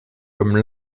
comme